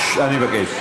תצליח.